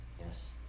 yes